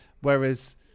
Whereas